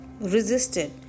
resisted